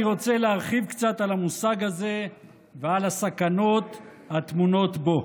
אני רוצה להרחיב קצת על המושג הזה ועל הסכנות הטמונות בו.